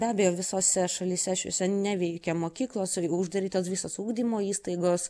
be abejo visose šalyse šiose neveikia mokyklos uždarytos visos ugdymo įstaigos